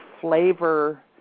flavor